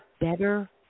better